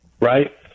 right